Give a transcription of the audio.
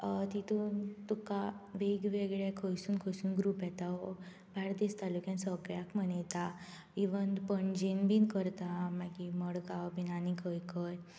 तितूंन तुका वेग वेगळे खंयसून खंयसून ग्रूप येतात बार्देज तालुक्यांत सगळ्याक मनयता पणजेन बी करता मागीर मडगांव बीन आनी खंय खंय